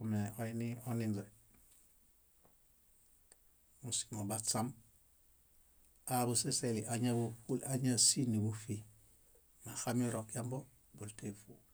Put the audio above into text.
omeoinioninźe. Músimo baśam, aabusiseli áñaḃoṗu- áñasiniḃuṗu. Meaxamirokembo buleteṗu.